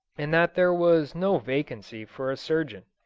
and that there was no vacancy for a surgeon.